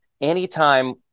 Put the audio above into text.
anytime